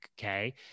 okay